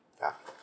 ya